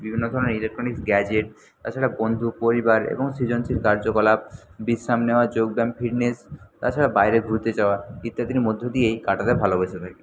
বিভিন্ন ধরনের electronics gadget তাছাড়া বন্ধু পরিবার এবং সৃজনশীল কার্যকলাপ বিশ্রাম নেওয়া যোগব্যায়াম ফিটনেস তাছাড়া বাইরে ঘুরতে যাওয়া ইত্যাদির মধ্য দিয়েই কাটাতে ভালোবেসে থাকি